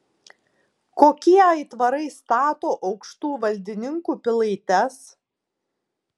kokie aitvarai stato aukštų valdininkų pilaites